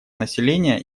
населения